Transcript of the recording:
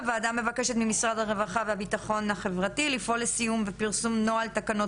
הוועדה מבקשת ממשרד הרווחה והביטחון החברתי לפעול לפרסום נוהל תקנות